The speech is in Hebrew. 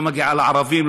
לא מגיעה לערבים,